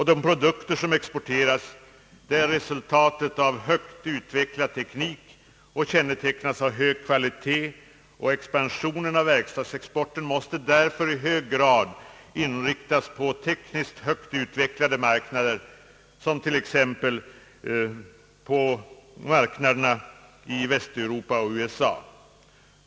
De produkter som exporteras är resultatet av högt utvecklad teknik och kännetecknas av hög kvalitet. Expansionen av verkstadsexporten måste därför i hög grad inriktas på tekniskt högt utveck lade marknader, t.ex. marknaderna i Västeuropa och USA.